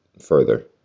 further